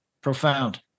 Profound